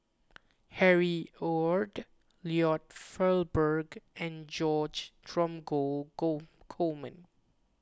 Harry Ord Lloyd Valberg and George Dromgold Coleman